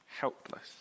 helpless